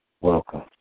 Welcome